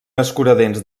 escuradents